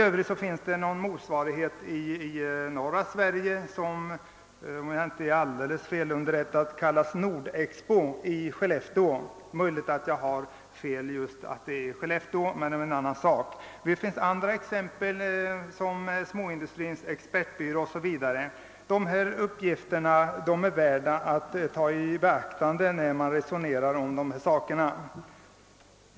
Det finns en motsvarighet i Nordsverige, som, om jag inte är alldeles felunderrättad, kallas Nord-Expo och ligger i Skellefteå. Vi har även andra exempel, såsom Småindustrins exportbyrå. Dessa uppgifter är värda att ta i beaktande när man resonerar om dessa saker.